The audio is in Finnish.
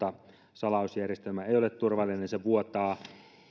salausjärjestelmä ei ole turvallinen se vuotaa